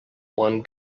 one